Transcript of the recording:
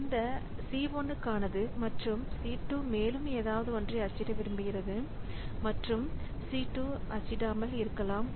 இது C1 க்கானது மற்றும் C2 மேலும் ஏதாவது ஒன்றை அச்சிட விரும்புகிறது மற்றும் C2 அச்சிடாமல் இருக்கலாம்